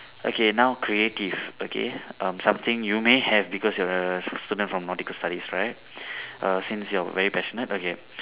okay now creative okay um something you may have because you're a student from nautical studies right err since you're very passionate okay